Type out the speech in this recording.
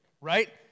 right